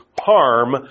Harm